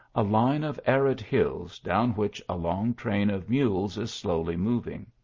a line of arid hills down which a long train of mules is slowly moving.